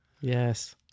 Yes